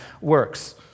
works